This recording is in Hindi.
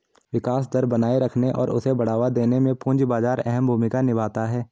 विकास दर बनाये रखने और उसे बढ़ावा देने में पूंजी बाजार अहम भूमिका निभाता है